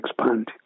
expand